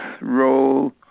role